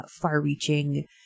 far-reaching